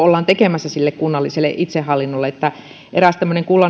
ollaan tekemässä sille kunnalliselle itsehallinnolle eräs